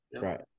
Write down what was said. Right